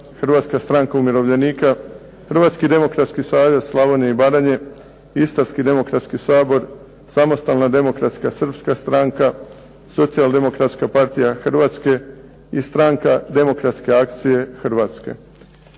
Hrvatska stranka umirovljenika, Hrvatski demokratski savez Slavonije i Baranje, Istarski demokratski sabor, Samostalna demokratska srpska stranka, Socijal-demokratska partija Hrvatske i Stranka demokratske akcije Hrvatske.